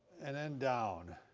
and then down.